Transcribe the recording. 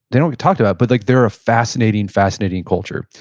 they don't get talked about. but like they're a fascinating, fascinating culture.